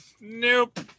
nope